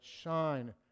shine